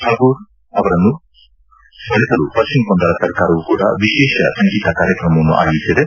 ಶ್ಯಾಗೂರ್ ಅವರನ್ನು ಸ್ಕರಿಸಲು ಪಶ್ಚಿಮ ಬಂಗಾಳ ಸರ್ಕಾರವೂ ಕೂಡ ವಿಶೇಷ ಸಂಗೀತ ಕಾರ್ಯಕ್ರಮವನ್ನು ಆಯೋಜಿಸಿದೆ